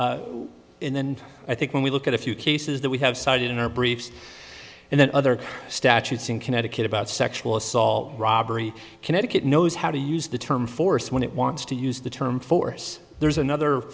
in the end i think when we look at a few cases that we have cited in our briefs and then other statutes in connecticut about sexual assault robbery connecticut knows how to use the term force when it wants to use the term force there's another